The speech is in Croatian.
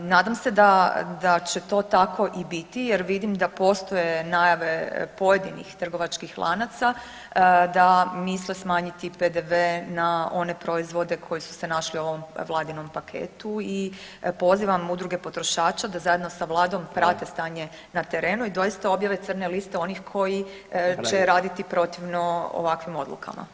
Nadam se da će to tako i biti jer vidim da postoje najave pojedinih trgovačkih lanaca da misle smanjiti PDV na one proizvode koji su se našli u ovom vladinom paketu i pozivam udruge potrošača da zajedno sa vladom prate stanje na terenu i doista objave crne liste onih će raditi protivno ovakvim odlukama.